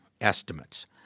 estimates